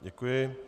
Děkuji.